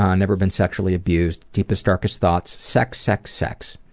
ah never been sexually abused. deepest darkest thoughts sex, sex, sex.